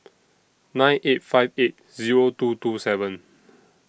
nine eight five eight Zero two two seven